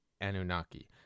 Anunnaki